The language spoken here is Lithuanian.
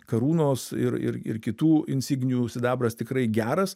karūnos ir ir ir kitų insignijų sidabras tikrai geras